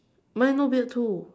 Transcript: mine no beard too